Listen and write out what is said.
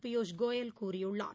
பியூஷ் கோயல் கூறியுள்ளார்